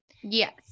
Yes